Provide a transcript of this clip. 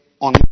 on